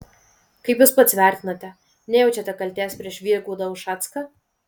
kaip jūs pats vertinate nejaučiate kaltės prieš vygaudą ušacką